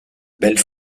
belle